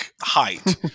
height